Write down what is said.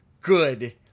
good